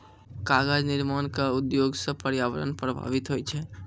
कागज निर्माण क उद्योग सँ पर्यावरण प्रभावित होय छै